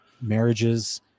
marriages